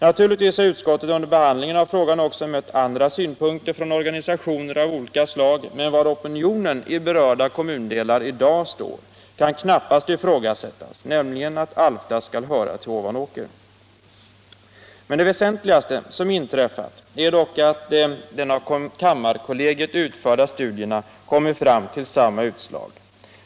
Naturligtvis har utskottet under behandlingen av frågan också mött andra synpunkter från organisationer av olika slag, men var opinionen i berörda kommundelar i dag står kan knappast ifrågasättas — man anser allmänt att Alfta skall höra till Ovanåker. Det väsentligaste som inträffat är dock att de av kammarkollegiet utförda studierna kommit fram till samma utslag.